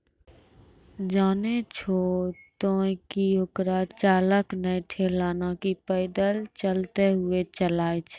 जानै छो तोहं कि हेकरा चालक नॅ ठेला नाकी पैदल चलतॅ हुअ चलाय छै